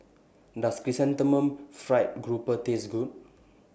Does Chrysanthemum Fried Grouper Taste Good